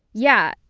yeah.